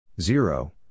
zero